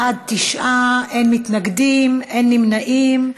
בעד, תשעה, אין מתנגדים, אין נמנעים.